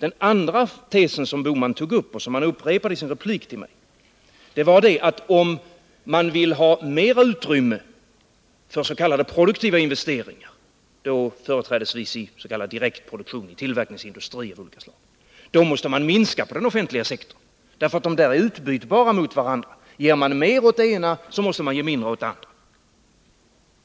Den andra tesen som Gösta Bohman drev och som han upprepade i sin replik gällde att om man vill ha mera utrymme för s.k. produktiva investeringar — företrädesvis investeringar i s.k. direktproduktion, i tillverkningsindustrier av olika slag — då måste man minska utrymmet för den offentliga sektorn. De här två områdena skulle alltså vara utbytbara mot varandra. Ger man mer åt det ena, så måste man ge mindre åt det andra.